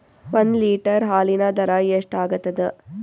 ಒಂದ್ ಲೀಟರ್ ಹಾಲಿನ ದರ ಎಷ್ಟ್ ಆಗತದ?